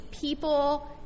people